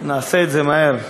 נעשה את זה מהר.